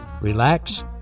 relax